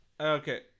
Okay